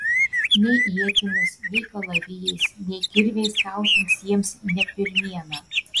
nei ietimis nei kalavijais nei kirviais kautis jiems ne pirmiena